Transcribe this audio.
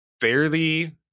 fairly